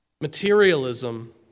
Materialism